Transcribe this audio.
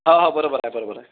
हा हो बरोबर आहे बरोबर आहे